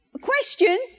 Question